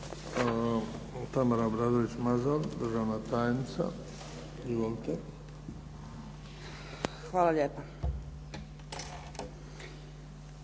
Hvala.